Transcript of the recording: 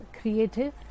creative